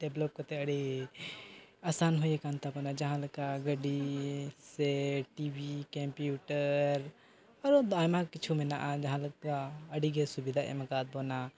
ᱠᱟᱛᱮᱫ ᱟᱹᱰᱤ ᱟᱥᱟᱱ ᱦᱩᱭ ᱟᱠᱟᱱ ᱛᱟᱵᱚᱱᱟ ᱡᱟᱦᱟᱸ ᱞᱮᱠᱟ ᱜᱟᱹᱰᱤ ᱥᱮ ᱟᱨᱦᱚᱸ ᱟᱭᱢᱟ ᱠᱤᱪᱷᱩ ᱢᱮᱱᱟᱜᱼᱟ ᱡᱟᱦᱟᱸ ᱞᱮᱠᱟ ᱟᱹᱰᱤᱜᱮ ᱥᱩᱵᱤᱫᱷᱟᱭ ᱮᱢ ᱟᱠᱟᱫ ᱵᱚᱱᱟ